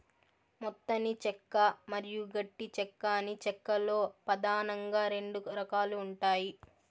మెత్తని చెక్క మరియు గట్టి చెక్క అని చెక్క లో పదానంగా రెండు రకాలు ఉంటాయి